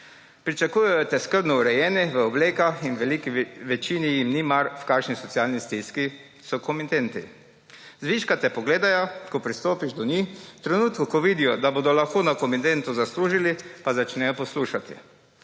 Pričakujejo te skrbno urejeno v oblekah in v veliki večini jim ni mar, v kakšni socialni stiski so komitenti. Zviška te pogledajo, ko pristopiš do njih, v trenutku ko vidijo, da bodo lahko na komitentu zaslužili, pa začnejo poslušati.